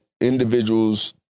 individuals